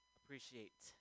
Appreciate